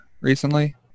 recently